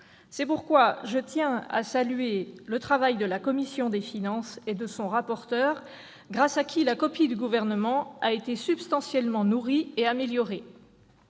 C'est pourquoi je tiens à saluer le travail de la commission des finances et de son rapporteur, grâce à qui la copie du Gouvernement a été substantiellement nourrie et améliorée.